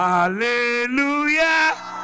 Hallelujah